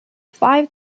five